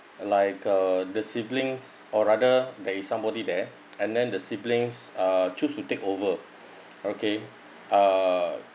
like uh the siblings or rather there is somebody there and then the siblings uh choose to take over okay uh